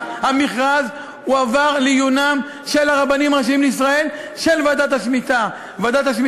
המכרז הועבר לעיונם של הרבנים הראשיים לישראל ולוועדת השמיטה.